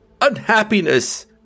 unhappiness